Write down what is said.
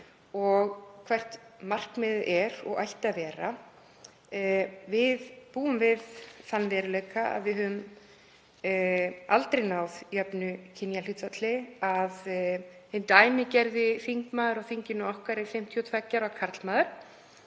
og hvert markmiðið er og ætti að vera. Við búum við þann veruleika að við höfum aldrei náð jöfnu kynjahlutfalli, að hinn dæmigerði þingmaður á þinginu okkar er 52 ára karlmaður,